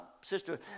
Sister